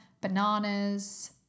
bananas